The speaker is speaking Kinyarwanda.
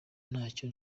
ntacyo